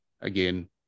again